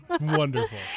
Wonderful